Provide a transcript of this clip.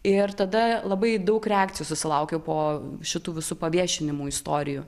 ir tada labai daug reakcijų susilaukiau po šitų visų paviešinimų istorijų